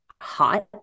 hot